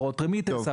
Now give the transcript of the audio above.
העברות Remittance,